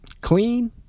clean